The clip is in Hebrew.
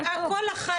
הכל טוב,